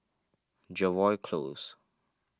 Jervois Close